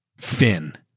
Finn